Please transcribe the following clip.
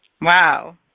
Wow